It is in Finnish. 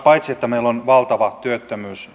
paitsi että meillä on valtava työttömyys